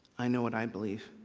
i know what i believe.